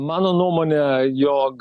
mano nuomone jog